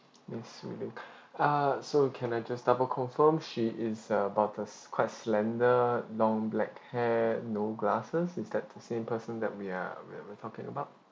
yes we will err so can I just double confirm she is uh about quite slender long black hair no glasses is that the same person that we are we are talking about